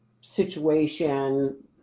situation